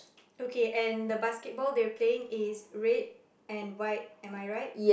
okay and the basketball they're playing is red and white am I right